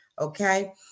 Okay